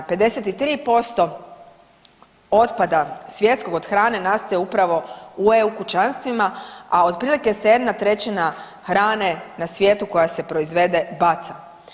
53% otpada svjetskog od hrane nastaje upravo u EU kućanstvima a otprilike se 1/3 hrane na svijetu koja se proizvede baci.